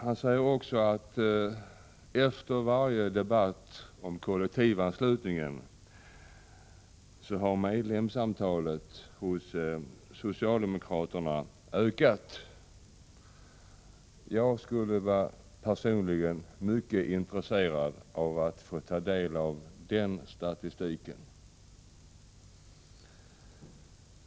Kurt Ove Johansson sade också att medlemsantalet hos socialdemokraterna har ökat efter varje debatt om kollektivanslutning. Jag skulle vara mycket intresserad av att få ta del av den statistiken.